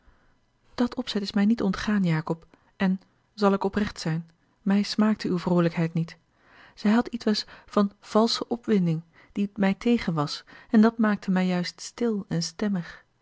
dat opzet is mij niet ontgaan jacob en zal ik oprecht zijn mij smaakte uwe vroolijkheid niet zij had ietwes van valsch osboom oussaint opwinding die mij tegen was en dat maakte mij juist stil en stemmig